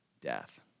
death